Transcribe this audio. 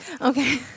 Okay